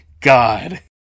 God